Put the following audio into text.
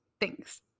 thanks